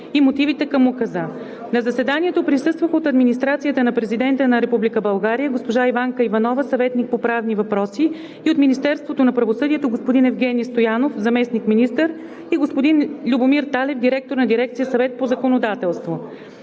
и мотивите към Указа. На заседанието присъстваха: от администрацията на Президента на Република България: госпожа Иванка Иванова – съветник по правни въпроси; от Министерството на правосъдието: господин Евгени Стоянов – заместник-министър; и господин Любомир Талев – директор на дирекция „Съвет по законодателство“.